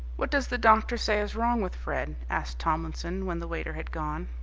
what does the doctor say is wrong with fred? asked tomlinson, when the waiter had gone.